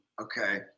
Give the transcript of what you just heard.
Okay